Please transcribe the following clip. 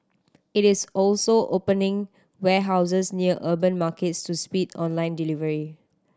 it is also opening warehouses near urban markets to speed online delivery